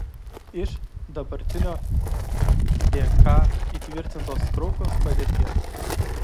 iš dabartinio dk įtvirtintos kraupios padėties